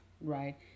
right